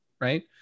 Right